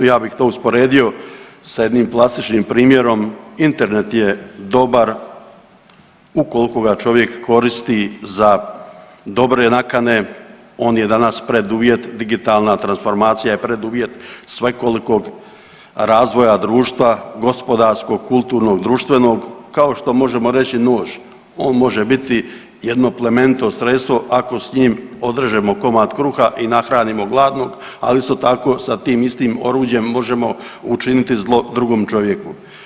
Ja bih to usporedio sa jednim plastičnim primjerom Internet je dobar ukoliko ga čovjek koristi za dobre nakane, on je danas preduvjete digitalna transformacija je preduvjet svekolikog razvoja društva, gospodarskog, kulturnog, društvenog kao što možemo reći nož, on može biti jedno plemenito sredstvo ako s njim odrežemo komad kruha i nahranimo gladnog, ali isto tako sa tim istim oruđem možemo učiniti zlo drugom čovjeku.